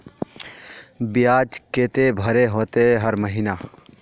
बियाज केते भरे होते हर महीना?